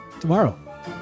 tomorrow